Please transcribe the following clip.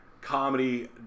comedy